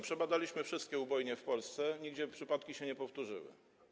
Przebadaliśmy wszystkie ubojnie w Polsce, nigdzie takie przypadki się nie powtórzyły.